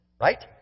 Right